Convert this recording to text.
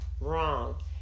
Wrong